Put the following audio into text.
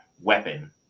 weapon